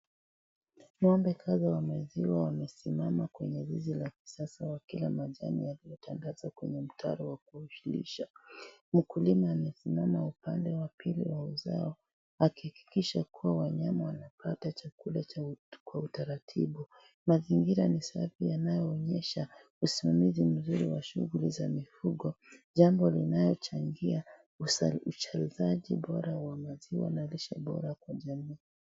Ng'ombe wa kisasa wa maziwa wamesimama kwenye zizi la kisasa wakila majani yaliyotandazwa kwenye mtaro wa kulisha. Mkulima amesimama upande wa pili wa uzao akihakikisha kuwa wanyama wanapta chakula kwa utaratibu. Mazingira ni safi yanayoonyesha usimamizi mzuri wa shughuli za mifugo, jambo linalochangia uzalishaji bora wa maziwa na lishe bora kwa jamii.